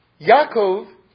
Yaakov